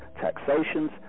taxations